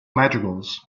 madrigals